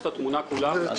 מבורך.